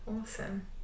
awesome